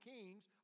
Kings